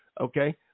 Okay